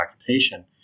occupation